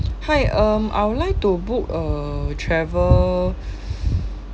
hi um I would like to book uh travel